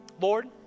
Lord